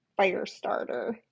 firestarter